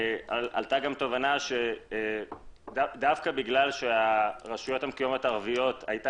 עלתה תובנה שדווקא בגלל שברשויות הערביות המקומיות הייתה